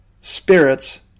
spirits